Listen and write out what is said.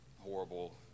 horrible